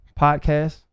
podcast